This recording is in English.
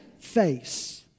face